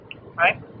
Right